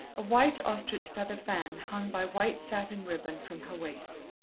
a white ostrich-feather fan hung by white satin ribbon from her waist.